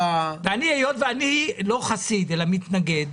היות ואני לא חסיד, אלא מתנגד,